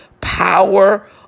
power